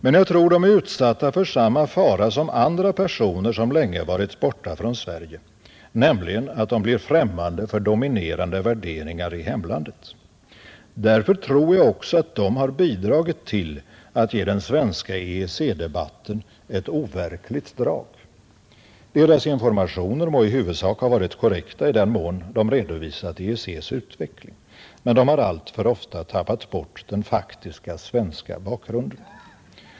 Men jag tror att de är utsatta för samma fara som andra personer som länge varit borta från Sverige, nämligen att de blir ffrämmande för dominerande värderingar i hemlandet. Därför tror jag också att de bidragit till att ge den svenska EEC-debatten ett overkligt drag. Deras informationer må i huvudsak ha varit korrekta, i den mån de redovisat EEC:s utveckling, men de har alltför ofta tappat bort den faktiska svenska bakgrunden.